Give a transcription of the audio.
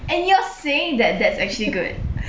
and you're saying that that's actually good